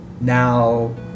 Now